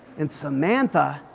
and samantha,